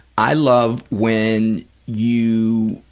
i love when you,